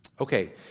Okay